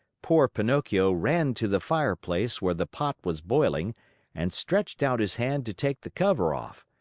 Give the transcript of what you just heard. poor pinocchio ran to the fireplace where the pot was boiling and stretched out his hand to take the cover off,